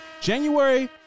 January